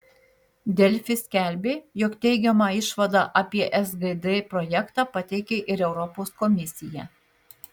delfi skelbė jog teigiamą išvadą apie sgd projektą pateikė ir europos komisija